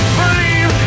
believe